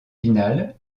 finale